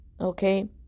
Okay